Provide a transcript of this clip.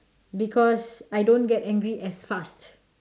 because I don't get angry as fast